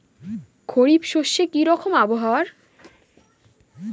খরিফ শস্যে কি রকম আবহাওয়ার?